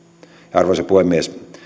arvoisa puhemies